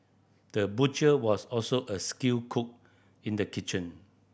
the butcher was also a skilled cook in the kitchen